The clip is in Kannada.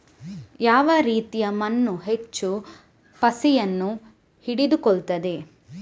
ಯಾವ ರೀತಿಯ ಮಣ್ಣು ಹೆಚ್ಚು ಪಸೆಯನ್ನು ಹಿಡಿದುಕೊಳ್ತದೆ?